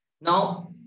Now